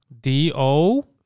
D-O